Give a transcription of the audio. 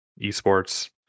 esports